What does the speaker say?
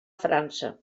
frança